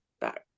back